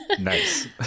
Nice